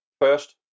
first